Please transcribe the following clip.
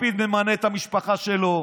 לפיד ממנה את המשפחה שלו,